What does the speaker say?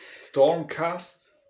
Stormcast